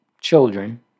children